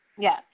Yes